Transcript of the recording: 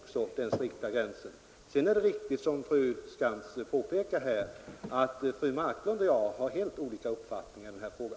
Slutligen är det riktigt som fru Skantz påpekade, att fru Marklund och jag har helt olika uppfattningar i denna fråga.